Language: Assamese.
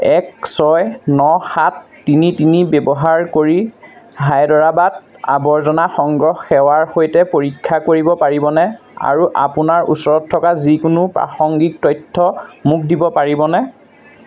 এক ছয় ন সাত তিনি তিনি ব্যৱহাৰ কৰি হায়দৰাবাদ আৱৰ্জনা সংগ্ৰহ সেৱাৰ সৈতে পৰীক্ষা কৰিব পাৰিবনে আৰু আপোনাৰ ওচৰত থকা যিকোনো প্ৰাসংগিক তথ্য মোক দিব পাৰিবনে